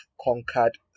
conquered